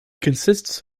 consists